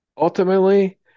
Ultimately